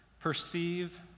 perceive